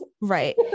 Right